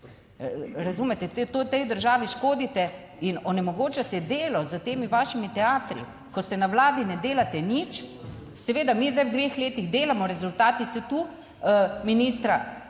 Razumete, tej državi škodite in onemogočate delo s temi vašimi teatri, ko ste na Vladi ne delate nič. Seveda mi zdaj v dveh letih delamo, rezultati so tu, ministra